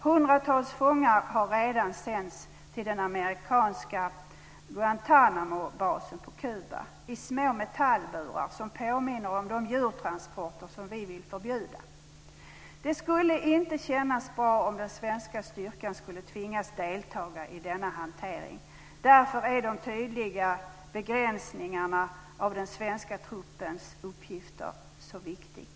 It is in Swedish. Hundratals fångar har redan sänts till den amerikanska Guantanamobasen på Kuba i små metallburar som påminner om de djurtransporter som vi vill förbjuda. Det skulle inte kännas bra om den svenska styrkan skulle tvingas delta i denna hantering. Därför är de tydliga begränsningarna av den svenska truppens uppgifter så viktiga.